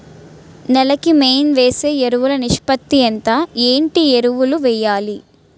నేల కి మెయిన్ వేసే ఎరువులు నిష్పత్తి ఎంత? ఏంటి ఎరువుల వేయాలి?